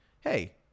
Hey